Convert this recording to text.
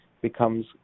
becomes